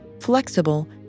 flexible